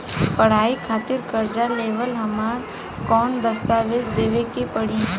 पढ़ाई खातिर कर्जा लेवेला हमरा कौन दस्तावेज़ देवे के पड़ी?